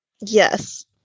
yes